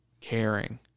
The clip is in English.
caring